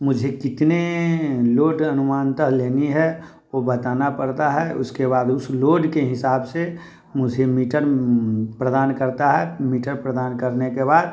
मुझे कितने लोड अनुमानतः लेनी है वो बताना पड़ता है उसके बाद उस लोड के हिसाब से मुझे मीटर प्रदान करता है मीटर प्रदान करने के बाद